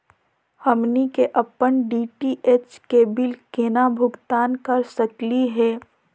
हमनी के अपन डी.टी.एच के बिल केना भुगतान कर सकली हे?